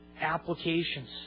applications